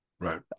right